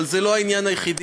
אבל זה לא העניין היחיד.